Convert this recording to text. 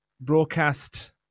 broadcast